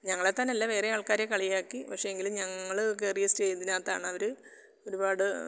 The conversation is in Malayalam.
ഞങ്ങളെ തന്നെ അല്ല വേറെ ആൾക്കാരെയും കളിയാക്കി പക്ഷേ എങ്കിലും ഞങ്ങൾ കയറിയ സ്റ്റേജിനകത്താണ് അവർ ഒരുപാട്